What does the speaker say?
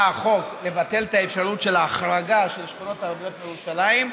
בא החוק לבטל את האפשרות של ההחרגה של שכונות ערביות מירושלים,